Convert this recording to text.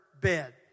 bed